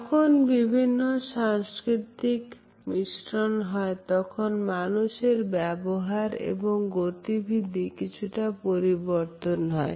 যখন বিভিন্ন সংস্কৃতির মিশ্রণ হয় তখন মানুষের ব্যবহার এবং গতিবিধি কিছুটা পরিবর্তন হয়